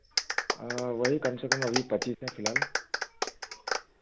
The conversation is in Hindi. वही कम से कम पच्चीस है फ़िलहाल